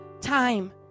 time